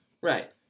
Right